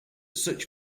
such